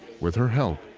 with her help,